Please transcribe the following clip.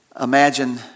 imagine